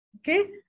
Okay